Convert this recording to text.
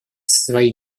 свои